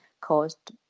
caused